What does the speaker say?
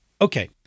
Okay